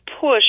push